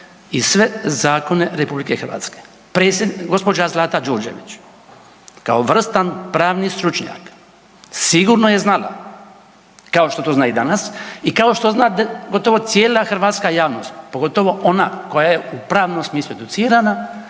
i sve zakone RH. Gđa. Zlata Đurđević kao vrstan pravni stručnjak sigurno je znala kao što to zna i danas i kao što zna gotovo cijela hrvatska javnost, pogotovo ona koja je u pravnom smislu educirana,